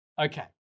Okay